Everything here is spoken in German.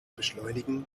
beschleunigen